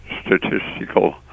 statistical